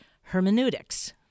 hermeneutics